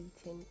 eating